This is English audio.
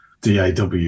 DAW